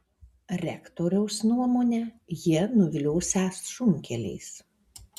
rektoriaus nuomone jie nuviliosią šunkeliais